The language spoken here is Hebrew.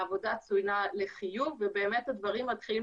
העבודה צוינה לחיוב ובאמת הדברים מתחילים